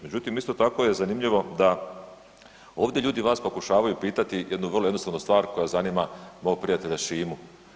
Međutim, isto tako je zanimljivo da ovdje ljudi vas pokušavaju pitati jednu vrlo jednostavnu stvar koja zanima mog prijatelja Šimu.